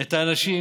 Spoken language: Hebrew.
את האנשים